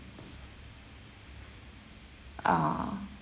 ah